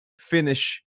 finish